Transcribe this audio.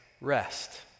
rest